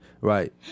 Right